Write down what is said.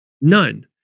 None